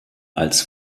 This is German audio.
als